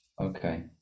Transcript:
okay